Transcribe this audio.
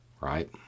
Right